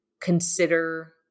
consider